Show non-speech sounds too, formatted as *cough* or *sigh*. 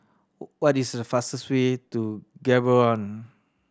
*unintelligible* *unintelligible* what is the fastest way to Gaborone